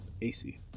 ac